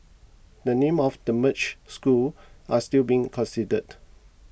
the names of the merged schools are still being considered